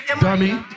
Dummy